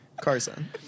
Carson